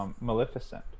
Maleficent